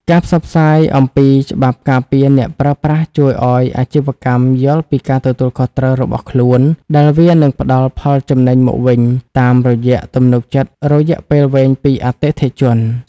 ការផ្សព្វផ្សាយអំពីច្បាប់ការពារអ្នកប្រើប្រាស់ជួយឱ្យអាជីវកម្មយល់ពីការទទួលខុសត្រូវរបស់ខ្លួន ដែលវានឹងផ្ដល់ផលចំណេញមកវិញតាមរយៈទំនុកចិត្តរយៈពេលវែងពីអតិថិជន។